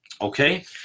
Okay